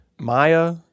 Maya